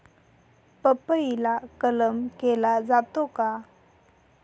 पपईला कलम केला जातो का?